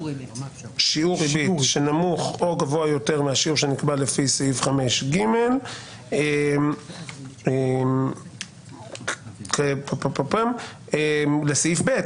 ריבית שנמוך או גבוה יותר מהשיעור שנקבע לפי סעיף 5ג. לסעיף (ב),